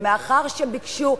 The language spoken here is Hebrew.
ומאחר שביקשו,